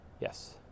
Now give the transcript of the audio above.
yes